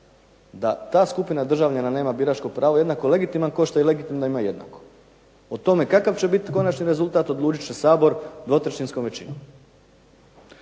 da ta skupina državljana nema biračko pravo jednako legitiman kao što je legitimno da imaju jednako. O tome kakav će biti konačni rezultat odlučit će Sabor dvotrećinskom većinom.